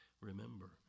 remember